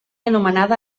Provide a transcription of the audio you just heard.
anomenada